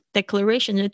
declaration